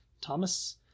Thomas